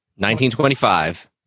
1925